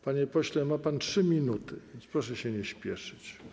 Panie pośle, ma pan 3 minuty, więc proszę się nie spieszyć.